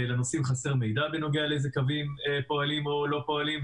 לנוסעים חסר מידע בנוגע לאיזה קווים פועלים או לא פועלים.